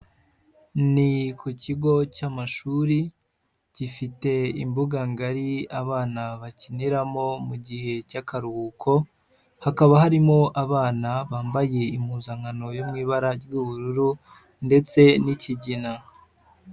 Ni ku kigo cy'amashuri gifite imbuga ngari abana bakiniramo mu gihe cy'akaruhuko, hakaba harimo abana bambaye impuzankano yo mu ibara ry'ubururu ndetse n'ikigina.